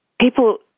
people